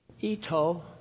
Ito